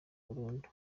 burundu